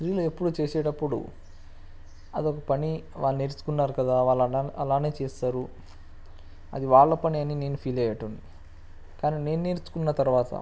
స్త్రీలు ఎప్పుడు చేసేటప్పుడు అదొక పని వాళ్ళు నేర్చుకున్నారు కదా వాళ్ళు అలాగే చేస్తారు అది వాళ్ళ పని అని నేను ఫీల్ అయ్యే వాడ్ని కానీ నేను నేర్చుకున్న తర్వాత